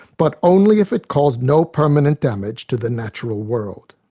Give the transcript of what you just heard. but only if it caused no permanent damage to the natural world.